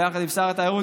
ביחד עם שר התיירות,